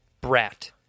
brat